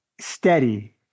steady